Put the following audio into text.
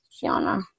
Gianna